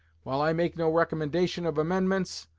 while i make no recommendation of amendments,